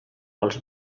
els